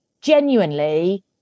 genuinely